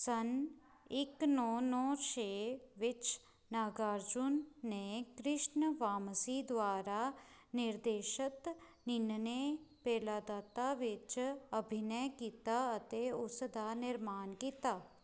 ਸੰਨ ਇੱਕ ਨੌ ਨੌ ਛੇ ਵਿੱਚ ਨਾਗਾਰਜੁਨ ਨੇ ਕ੍ਰਿਸ਼ਨ ਵਾਮਸੀ ਦੁਆਰਾ ਨਿਰਦੇਸ਼ਤ ਨਿਨਨੇ ਪੇਲਾਦਾਤਾ ਵਿੱਚ ਅਭਿਨੈ ਕੀਤਾ ਅਤੇ ਉਸ ਦਾ ਨਿਰਮਾਣ ਕੀਤਾ